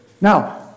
Now